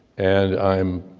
and i'm